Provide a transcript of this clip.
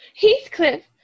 Heathcliff